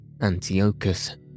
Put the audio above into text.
Antiochus